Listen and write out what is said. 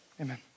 Amen